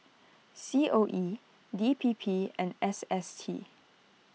C O E D P P and S S T